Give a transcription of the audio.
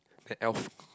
that elf